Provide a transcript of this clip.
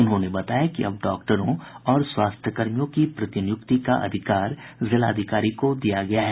उन्होंने बताया कि अब डॉक्टरों और स्वास्थ्यकर्मियों की प्रतिनियुक्ति का अधिकार जिलाधिकारी को दिया गया है